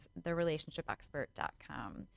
therelationshipexpert.com